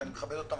שאני מכבד אותם,